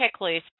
checklist